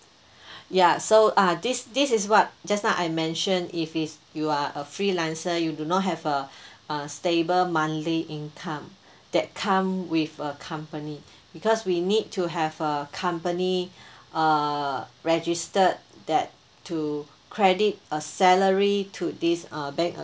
ya so uh this this is what just now I mention if it's you are a freelancer you do not have a a stable monthly income that come with a company because we need to have a company uh registered that to credit a salary to this uh bank